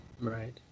Right